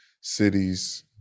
cities